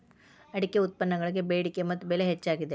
ಅಡಿಕೆ ಉತ್ಪನ್ನಗಳಿಗೆ ಬೆಡಿಕೆ ಮತ್ತ ಬೆಲೆ ಹೆಚ್ಚಾಗಿದೆ